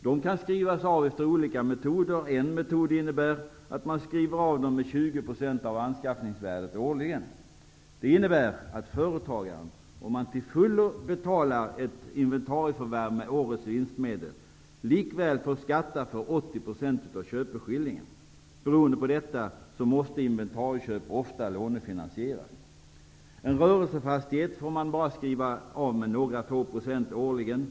De kan skrivas av efter olika metoder. En metod innebär att man skriver av dem med 20 % av anskaffningsvärdet årligen. Detta innebär att företagaren, om han till fullo betalar ett inventarieförvärv med årets vinstmedel, likväl får skatta för 80 % av köpeskillingen. Beroende på detta måste inventarieköp ofta lånefinansieras. En rörelsefastighet får endast skrivas av med några få procent årligen.